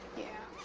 yeah.